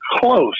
close